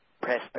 press